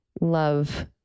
love